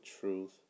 truth